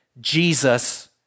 Jesus